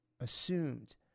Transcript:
assumed